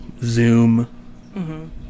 Zoom